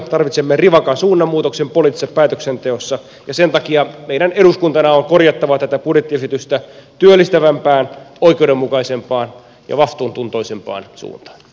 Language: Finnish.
tarvitsemme rivakan suunnanmuutoksen poliittisessa päätöksenteossa ja sen takia meidän eduskuntana on korjattava tätä budjettiesitystä työllistävämpään oikeudenmukaisempaan ja vastuuntuntoisempaan suuntaan